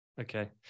Okay